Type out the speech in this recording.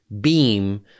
beam